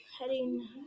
heading